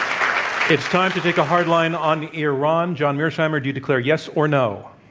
um it's time to take a hard line on iran. john mearsheimer, do you declare yes or no?